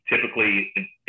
typically